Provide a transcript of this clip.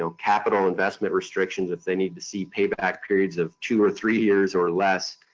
so capital investment restrictions, if they need to see payback periods of two or three years or less,